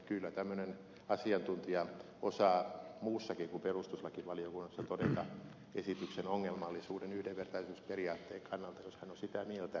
kyllä tämmöinen asiantuntija osaa muussakin kuin perustuslakivaliokunnassa todeta esityksen ongelmallisuuden yhdenvertaisuusperiaatteen kannalta jos hän on sitä mieltä